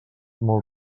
molt